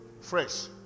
fresh